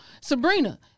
Sabrina